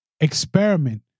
experiment